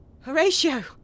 Horatio